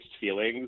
feelings